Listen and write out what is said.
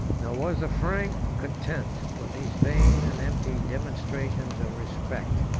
nor was the frank content with these vain and empty demonstrations of respect.